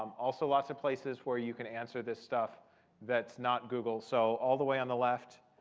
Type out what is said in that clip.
um also lots of places where you can answer this stuff that's not google. so all the way on the left,